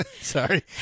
Sorry